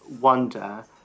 wonder